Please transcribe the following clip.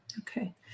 Okay